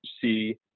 see